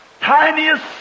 tiniest